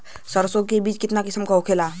सरसो के बिज कितना किस्म के होखे ला?